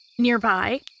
Nearby